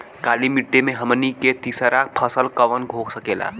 काली मिट्टी में हमनी के तीसरा फसल कवन हो सकेला?